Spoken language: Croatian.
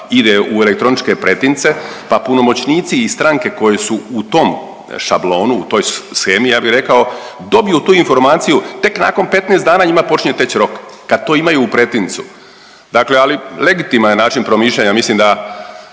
ide u elektroničke pretince pa punomoćnici i stranici koje su u tom šablonu, u toj shemi ja bi rekao dobiju tu informaciju tek nakon 15 dana njima počinje teći rok kad to imaju u pretincu. Dakle, ali legitiman je način promišljanja. Mislim da